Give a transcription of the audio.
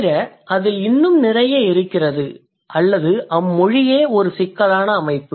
தவிர அதில் இன்னும் நிறைய இருக்கிறது அல்லது அம்மொழியே ஒரு சிக்கலான அமைப்பு